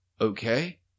okay